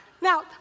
Now